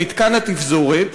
במתקן התפזורת.